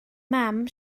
mam